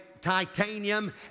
titanium